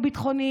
חוק-יסוד: